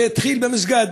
זה התחיל במסגד